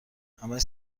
همش